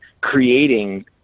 creating